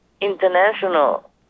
International